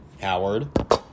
howard